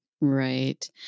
Right